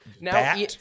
Now